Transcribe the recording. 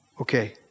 Okay